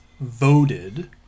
voted